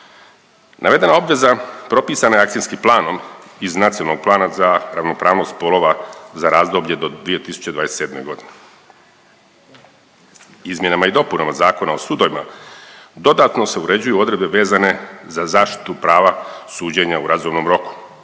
Navedena obveza propisana je Akcijskim planom iz Nacionalnog plana za ravnopravnost spolova za razdoblje do 2027.g.. Izmjenama i dopunama Zakona o sudovima dodatno se uređuju odredbe vezane za zaštitu prava suđenja u razumnom roku.